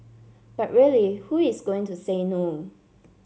but really who is going to say no